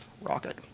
rocket